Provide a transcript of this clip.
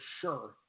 sure